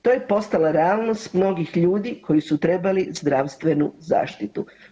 To je postala realnost mnogih ljudi koji su trebali zdravstvenu zaštitu.